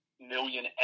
million